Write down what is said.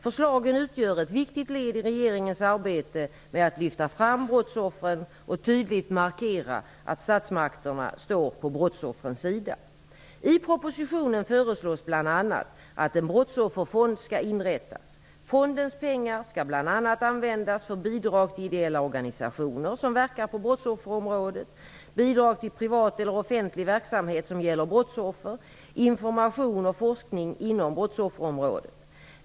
Förslagen utgör ett viktigt led i regeringens arbete med att lyfta fram brottsoffren och tydligt markera att statsmakterna står på brottsoffrens sida. I propositionen föreslås bl.a. att en brottsofferfond skall inrättas. Fondens pengar skall bl.a. användas för bidrag till ideella organisationer som verkar på brottsofferområdet, bidrag till privat eller offentlig verksamhet som gäller brottsoffer, information och forskning inom brottsofferområdet.